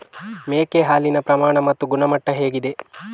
ಮೇಕೆ ಹಾಲಿನ ಪ್ರಮಾಣ ಮತ್ತು ಗುಣಮಟ್ಟ ಹೇಗಿದೆ?